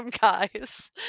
guys